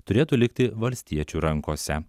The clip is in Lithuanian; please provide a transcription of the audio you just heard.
turėtų likti valstiečių rankose